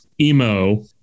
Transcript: emo